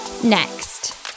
Next